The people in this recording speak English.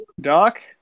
Doc